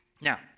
Now